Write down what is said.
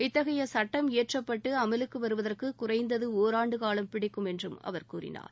இத்தகைய சுட்டம் இய்ற்றப்பட்டு அமலுக்கு வருவதற்கு குறைந்தது ஒராண்டு காலம் பிடிக்கும் என்றும் அவர் கூறினார்